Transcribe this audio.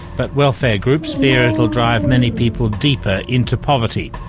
but welfare groups fear it'll drive many people deeper into poverty.